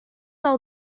all